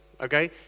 Okay